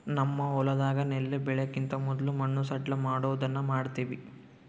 ನಮ್ಮ ಹೊಲದಾಗ ನೆಲ್ಲು ಬೆಳೆಕಿಂತ ಮೊದ್ಲು ಮಣ್ಣು ಸಡ್ಲಮಾಡೊದನ್ನ ಮಾಡ್ತವಿ